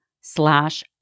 slash